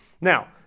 Now